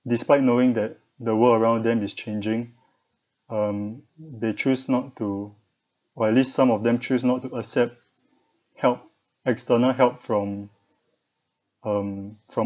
despite knowing that the world around them is changing um they choose not to or at least some of them choose not to accept help external help from um from